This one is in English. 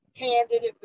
Candidate